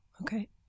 okay